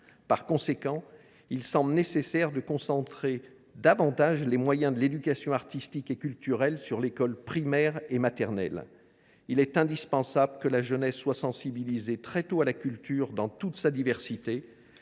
Par conséquent, il semble nécessaire de concentrer davantage les moyens de l’éducation artistique et culturelle sur les écoles primaires et maternelles. Il est indispensable que la jeunesse soit sensibilisée, très tôt, à la culture, dans toute sa diversité,